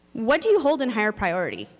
what do you hold in higher priority?